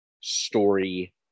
story